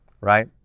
right